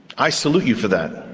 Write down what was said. i salute you for that.